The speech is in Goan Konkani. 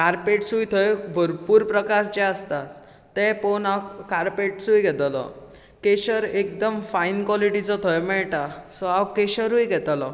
कारपेट्सूय थंय भरपूर प्रकारचे आसतात ते पळोवन हांव कारपेट्सूय घेतलों केशर एकदम फायन कॉलीटीचो थंय मेळटा सो हांव केशरूय घेतलों